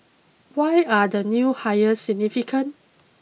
why are the new hires significant